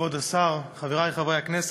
כבוד השר, חברי חברי הכנסת,